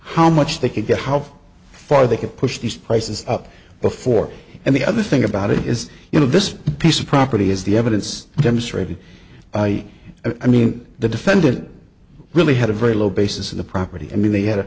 how much they could get how far they could push these prices up before and the other thing about it is you know this piece of property is the evidence demonstrating i i mean the defendant really had a very low basis in the property i mean they had